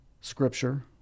scripture